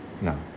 No